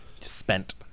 Spent